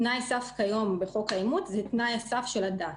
תנאי סף כיום בחוק האימוץ זה תנאי סף של הדת.